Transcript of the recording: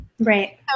Right